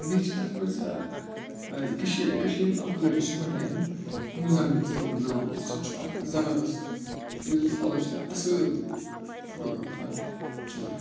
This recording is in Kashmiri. بیٚیہِ چھِ تَتھ منٛز کٔشی کٔشیٖر ہُنٛد اَکھ لٔڑکہٕ چھِ بَڈگامہِ مُزمل چھُ تٔمِس ناو سُہ تہِ چھُ اَکھ زَبَردَس ییٚمِس بہٕ فالو چھِ اَصٕل فوٹوگرٛافَر چھِ سُہ